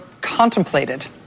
contemplated